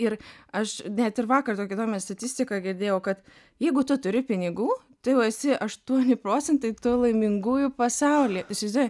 ir aš net ir vakar tokią įdomią statistiką girdėjau kad jeigu tu turi pinigų tu jau esi aštuoni procentai tų laimingųjų pasauly tu įsivaizduoji